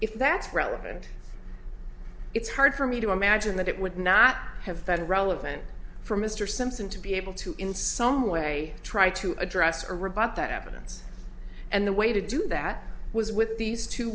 if that's relevant it's hard for me to imagine that it would not have fed relevant for mr simpson to be able to in some way try to address or rebut that evidence and the way to do that was with these two